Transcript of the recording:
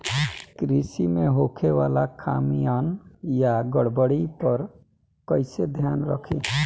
कृषि में होखे वाला खामियन या गड़बड़ी पर कइसे ध्यान रखि?